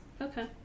Okay